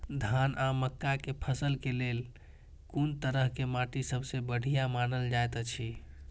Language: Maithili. धान आ मक्का के फसल के लेल कुन तरह के माटी सबसे बढ़िया मानल जाऐत अछि?